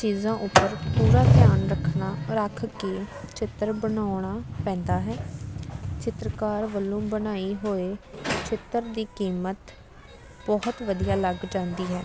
ਚੀਜ਼ਾਂ ਉੱਪਰ ਪੂਰਾ ਧਿਆਨ ਰੱਖਣਾ ਰੱਖ ਕੇ ਚਿੱਤਰ ਬਣਾਉਣਾ ਪੈਂਦਾ ਹੈ ਚਿੱਤਰਕਾਰ ਵੱਲੋਂ ਬਣਾਈ ਹੋਏ ਚਿੱਤਰ ਦੀ ਕੀਮਤ ਬਹੁਤ ਵਧੀਆ ਲੱਗ ਜਾਂਦੀ ਹੈ